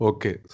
Okay